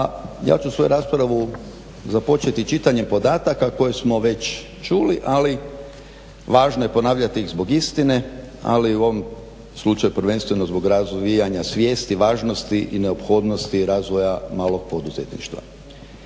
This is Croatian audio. ja ću svoju raspravu započeti čitanjem podataka koje smo već čuli ali važno je ponavaljti ih zbog istine ali u ovom slučaju prvenstveno zbog razvijanja svijesti, važnosti i neophodnosti razvoja malog poduzetništva.